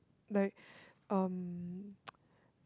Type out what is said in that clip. like um